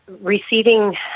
receiving